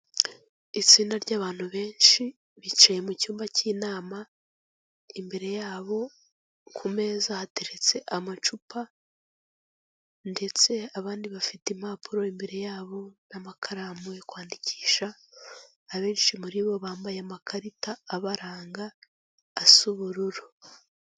Itsinda ry'abantu benshi, bicaye mu cyumba cy'inama, imbere yabo ku meza hateretse amacupa ndetse abandi bafite impapuro imbere yabo n'amakaramu yo kwandikisha, abenshi muri bo bambaye amakarita abaranga, asa ubururu.